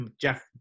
Jeff